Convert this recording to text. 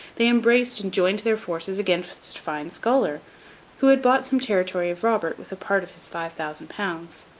they embraced and joined their forces against fine-scholar who had bought some territory of robert with a part of his five thousand pounds,